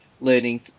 learning